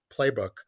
playbook